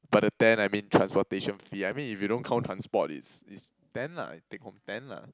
but the ten I mean transportation fee I mean if you don't count transport is is ten lah take home ten lah